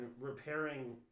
repairing